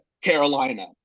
Carolina